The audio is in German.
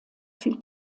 viel